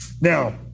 Now